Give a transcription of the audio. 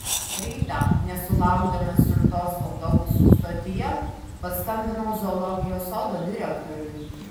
rytą nesulaukdamas siuntos autobusų stotyje paskambinau zoologijos sodo direktoriui